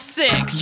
six